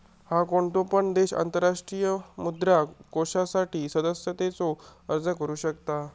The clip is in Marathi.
हा, कोणतो पण देश आंतरराष्ट्रीय मुद्रा कोषासाठी सदस्यतेचो अर्ज करू शकता